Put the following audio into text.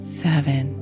seven